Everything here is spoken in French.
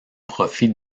profit